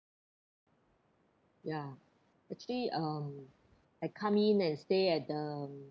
ya actually um I come in and stay at the